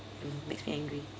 mm makes me angry